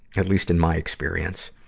at least in my experience.